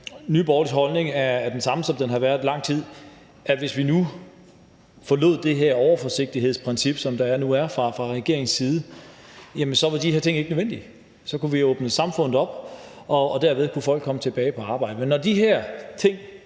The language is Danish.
Nye Borgerliges holdning er den samme, som den har været i lang tid, altså at de her ting, hvis vi nu forlod det her overforsigtighedsprincip, som der er fra regeringens side, så ikke var nødvendige. Så kunne vi åbne samfundet op, og derved kunne folk komme tilbage på arbejde,